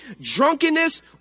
drunkenness